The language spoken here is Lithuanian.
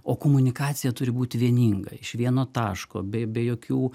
o komunikacija turi būt vieninga iš vieno taško be be jokių